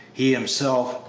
he himself,